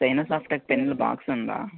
cyano సాఫ్ట్టెక్ pen box ఉందా